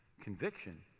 Conviction